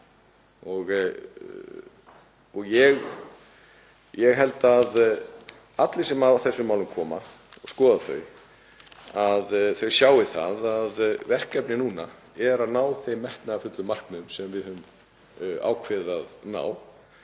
Ég held að allir sem að þessum málum koma og skoða þau sjái að verkefnið núna er að ná þeim metnaðarfullu markmiðum sem við höfum ákveðið að